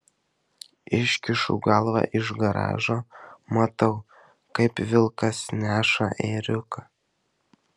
iškišu galvą iš garažo matau kaip vilkas neša ėriuką